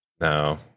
No